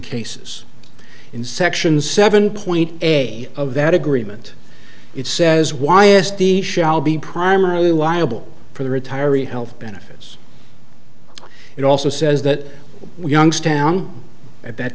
cases in section seven point eight of that agreement it says why is the shall be primarily liable for the retiree's health benefits it also says that young stem at that